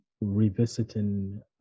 revisiting